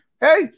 hey